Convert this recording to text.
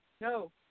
No